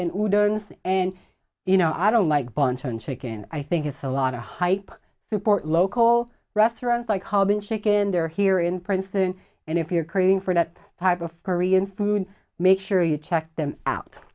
don't and you know i don't like bunsen chicken i think it's a lot of hype support local restaurants like alban chicken they're here in princeton and if you're craving for that type of korean food make sure you check them out